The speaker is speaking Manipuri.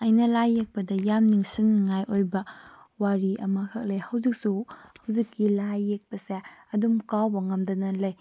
ꯑꯩꯅ ꯂꯥꯏ ꯌꯦꯛꯄꯗ ꯌꯥꯝ ꯅꯤꯡꯁꯪꯅꯤꯡꯉꯥꯏ ꯑꯣꯏꯕ ꯋꯥꯔꯤ ꯑꯃ ꯈꯛ ꯂꯩ ꯍꯧꯖꯤꯛꯁꯨ ꯍꯧꯖꯤꯛꯀꯤ ꯂꯥꯏ ꯌꯦꯛꯄꯁꯦ ꯑꯗꯨꯝ ꯀꯥꯎꯕ ꯉꯝꯗꯅ ꯂꯩ